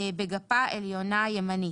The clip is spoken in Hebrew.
בגפה עליונה ימנית.